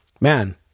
man